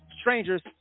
strangers